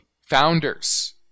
founders